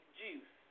juice